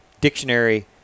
dictionary